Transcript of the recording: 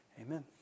Amen